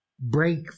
Break